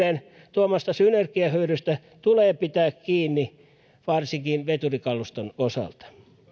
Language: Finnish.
tuomasta synergiahyödystä tulee pitää kiinni varsinkin veturikaluston osalta